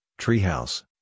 Treehouse